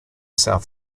south